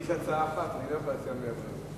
לי יש הצעה אחת, אני לא יכול להציע מאה דברים.